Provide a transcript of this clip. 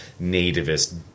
nativist